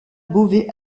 beauvais